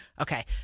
okay